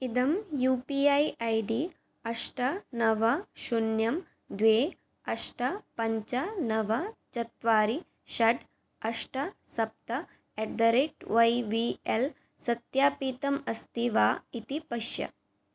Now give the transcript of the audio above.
इदं U P I ID अष्ट नव शून्यं द्वे अष्ट पञ्च नव चत्वारि षट् अष्ट सप्त at the rate Y B L सत्यापितम् अस्ति वा इति पश्य